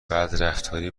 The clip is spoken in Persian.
بدرفتاری